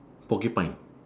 porcupine